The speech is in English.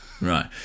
Right